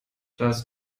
das